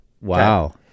Wow